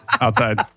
outside